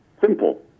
Simple